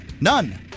none